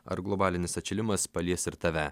ar globalinis atšilimas palies ir tave